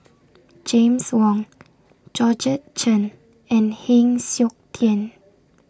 James Wong Georgette Chen and Heng Siok Tian